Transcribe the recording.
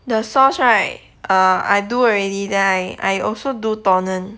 the sauce right err I do already then I I also do torani